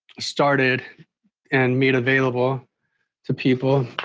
started and made available to people.